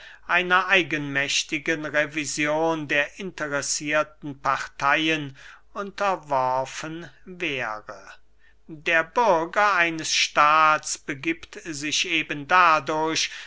einer eigenmächtigen revision der interessierten parteyen unterworfen wäre der bürger eines staats begiebt sich eben dadurch